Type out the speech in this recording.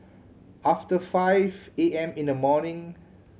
after five A M in the morning